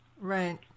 Right